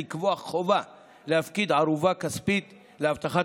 לקבוע חובה להפקיד ערובה כספית להבטחת